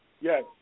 Yes